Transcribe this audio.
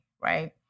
right